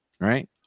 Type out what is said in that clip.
right